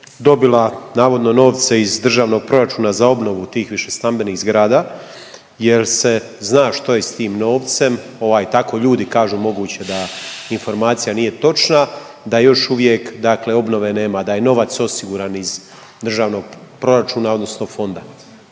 dobila navodno novce iz državnog proračuna za obnovu tih višestambenih zgrada. Jel se zna što je s tim novcem, ovaj tako ljudi kažu, moguće da informacija nije točna, da još uvijek dakle obnove nema, da je novac osiguran iz državnog proračuna odnosno fonda?